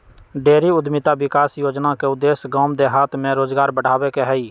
dairy उद्यमिता विकास योजना के उद्देश्य गाम देहात में रोजगार बढ़ाबे के हइ